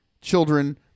children